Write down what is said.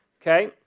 okay